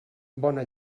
bona